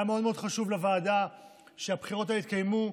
היה מאוד מאוד חשוב לוועדה שהבחירות האלה יתקיימו,